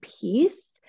piece